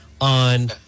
on